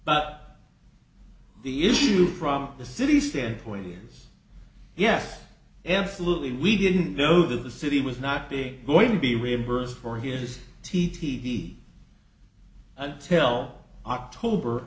but the issue from the city standpoint is yes absolutely we didn't know that the city was not being going to be reimbursed for his t t d until october